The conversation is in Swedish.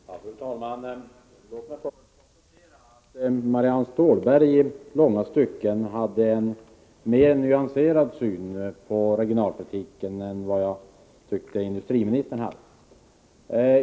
Fru talman! Låt mig först få konstatera att Marianne Stålberg i långa stycken hade en mer nyanserad syn på regionalpolitiken än vad industriministern hade.